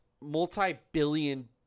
multi-billion